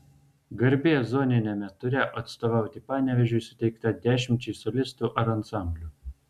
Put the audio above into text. garbė zoniniame ture atstovauti panevėžiui suteikta dešimčiai solistų ar ansamblių